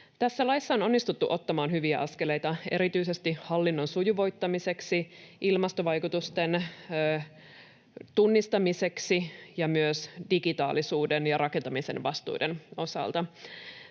Tässä laissa on onnistuttu ottamaan hyviä askeleita erityisesti hallinnon sujuvoittamiseksi, ilmastovaikutusten tunnistamiseksi ja myös digitaalisuuden ja rakentamisen vastuiden osalta.